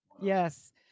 Yes